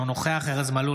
אינו נוכח ארז מלול,